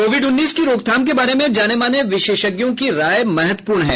Covid उन्नीस की रोकथाम के बारे में जाने माने विशेषज्ञों की राय महत्वपूर्ण है